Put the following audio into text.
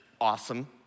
awesome